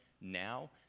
now